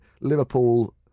Liverpool